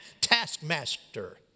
taskmaster